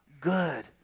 good